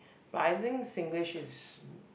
but I think Singlish is